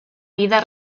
vida